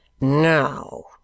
Now